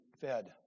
fed